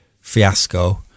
fiasco